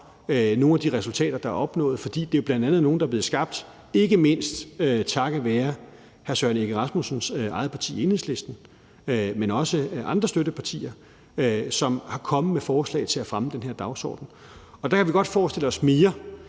nogle af de resultater, der er opnået, fordi det bl.a. er nogle, der er blevet skabt ikke mindst takket være hr. Søren Egge Rasmussens eget parti, Enhedslisten, men også andre støttepartier, som er kommet med forslag til at fremme den her dagsorden. Der kan vi godt forestille os mere,